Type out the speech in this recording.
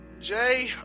Jay